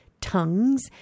tongues